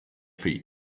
feet